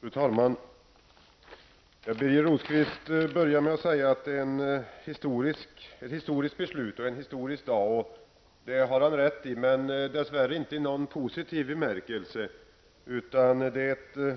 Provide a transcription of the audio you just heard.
Fru talman! Birger Rosqvist började med att säga att det rör sig om ett historiskt beslut och en historisk dag. Det har han rätt i, men det gäller dess värre inte i någon positiv bemärkelse.